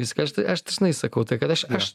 viską aš tai aš dažnai sakau tai kad aš aš